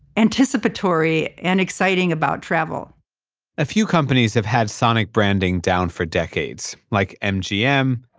anticipatory and exciting about travel a few companies have had sonic branding down for decades. like mgm.